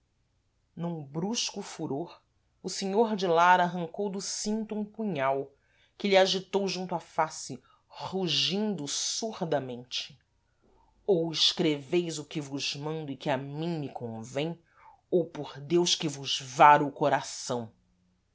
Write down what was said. num brusco furor o senhor de lara arrancou do cinto um punhal que lhe agitou junto à face rugindo surdamente ou escreveis o que vos mando e que a mim me convêm ou por deus que vos varo o coração